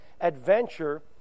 adventure